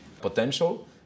potential